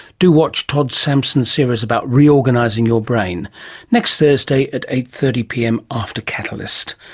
do watch todd sampson's series about re-organising your brain next thursday at eight. thirty pm after catalyst.